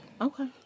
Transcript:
okay